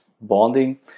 bonding